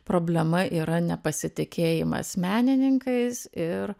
problema yra nepasitikėjimas menininkais ir